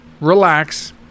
relax